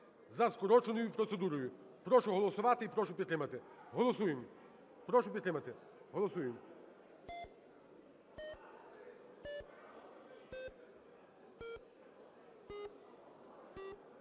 на доопрацювання. Прошу голосувати і прошу підтримати. Голосуємо. Прошу підтримати. Голосуємо.